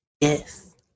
Yes